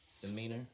demeanor